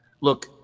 Look